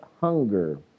hunger